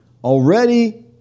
Already